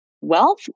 wealth